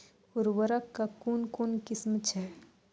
उर्वरक कऽ कून कून किस्म छै?